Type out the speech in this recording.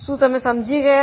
શું તમે સમજી ગયા